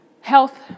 health